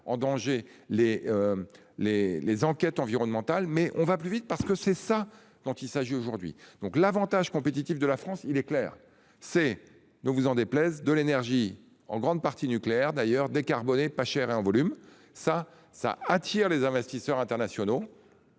les. Les les enquêtes environnementales mais on va plus vite parce que c'est ça dont il s'agit aujourd'hui donc l'Avantage compétitif de la France. Il est clair, c'est donc vous en déplaise, de l'énergie en grande partie nucléaire d'ailleurs décarboné pas cher et en volume. Ça, ça attire les investisseurs internationaux.